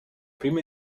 prime